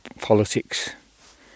politics